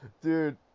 dude